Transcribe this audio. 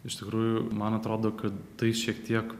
iš tikrųjų man atrodo kad tai šiek tiek